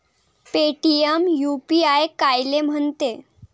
Paytm UPI कायले म्हनते?